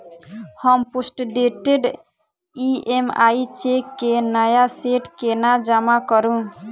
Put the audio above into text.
हम postdated EMI cheque केँ नया सेट केना जमा करू?